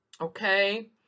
Okay